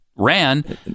ran